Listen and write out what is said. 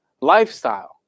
lifestyle